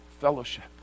fellowship